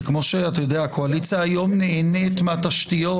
זה כמו שהקואליציה היום נהנית מהתשתיות